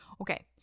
Okay